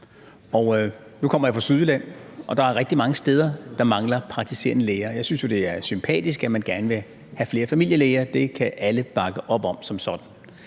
Nu kommer jeg fra Sydjylland, og dér er der rigtig mange steder, der mangler praktiserende læger. Jeg synes jo, det er sympatisk, at man gerne vil have flere familielæger; det kan alle bakke op om som sådan.